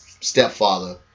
Stepfather